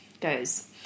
goes